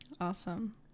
Awesome